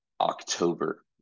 October